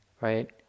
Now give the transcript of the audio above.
right